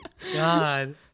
God